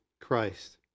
Christ